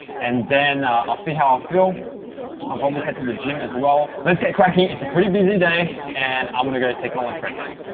and then i'll see how i ah feel. i'll probably head to the gym as well. let's get cracking. it's a pretty busy day and i'm gonna go take my lunch break now.